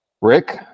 Rick